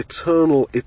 eternal